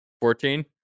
Fourteen